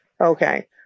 Okay